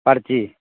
परची